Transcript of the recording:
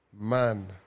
man